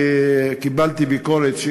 וקיבלתי ביקורת,